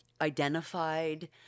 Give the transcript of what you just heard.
identified